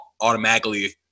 automatically